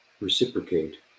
reciprocate